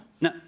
No